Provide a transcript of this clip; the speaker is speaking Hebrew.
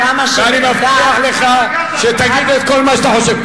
ואני מבטיח לך שתגיד את כל מה שאתה חושב.